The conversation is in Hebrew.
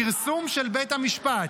פרסום של בית המשפט.